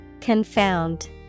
Confound